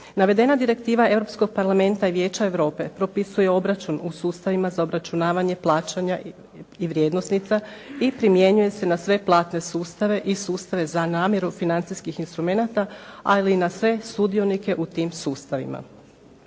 Navedena direktiva Europskog parlamenta i Vijeća Europe propisuje obračun u sustavima za obračunavanje plaćanja i vrijednosnica i primjenjuje se na sve platne sustave i sustave za namjeru financijskih instrumenata ali i na sve sudionike u tim sustavima.